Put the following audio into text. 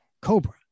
Cobra